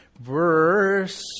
Verse